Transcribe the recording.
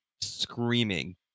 screaming